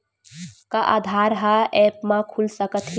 का आधार ह ऐप म खुल सकत हे?